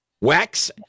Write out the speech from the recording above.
wax